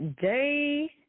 day